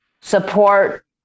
support